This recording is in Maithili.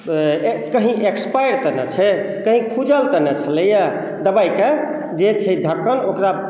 कहींँ एक्सपायर तऽ नहि छै कहींँ खुजल तऽ नहि छलैया दवाइ कऽ जे छै ढक्कन ओकरा